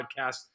podcast